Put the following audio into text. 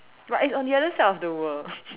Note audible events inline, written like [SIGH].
but it's on the other side of the world [LAUGHS]